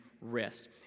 rest